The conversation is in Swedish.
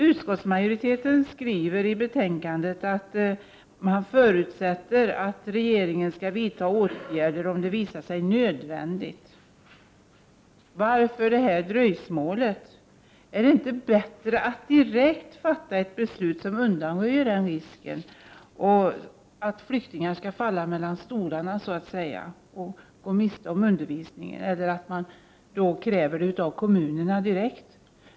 Utskottsmajoriteten skriver i betänkandet att den förutsätter att regeringen skall vidta åtgärder om det visar sig nödvändigt. Varför detta dröjsmål? Är det inte bättre att vi direkt fattar ett beslut som innebär att man undanröjer risken att flyktingar så att säga skall falla mellan stolarna och gå miste om undervisning eller att de skall kunna kräva sådan av kommunerna direkt?